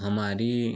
हमारी